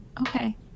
Okay